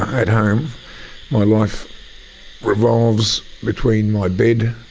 at home my life revolves between my bed,